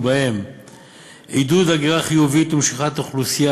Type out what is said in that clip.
ובהם עידוד הגירה חיובית ומשיכת אוכלוסייה